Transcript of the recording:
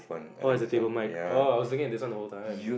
oh it's a table mic orh I was doing in this one the whole time